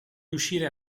riuscire